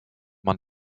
man